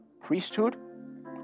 priesthood